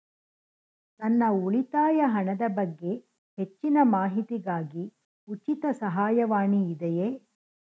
ನನ್ನ ಉಳಿತಾಯ ಹಣದ ಬಗ್ಗೆ ಹೆಚ್ಚಿನ ಮಾಹಿತಿಗಾಗಿ ಉಚಿತ ಸಹಾಯವಾಣಿ ಇದೆಯೇ?